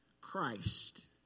Christ